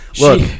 look